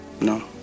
No